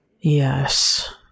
Yes